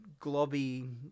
globby